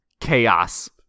chaos